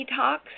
detox